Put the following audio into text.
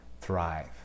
thrive